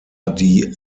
die